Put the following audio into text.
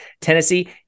Tennessee